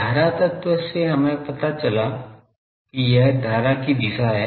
धारा तत्व से हमें पता चला कि यह धारा की दिशा है